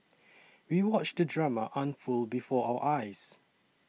we watched the drama unfold before our eyes